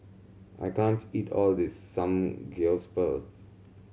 I can't eat all of this Samgeyopsal